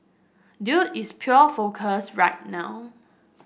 dude is pure focus right now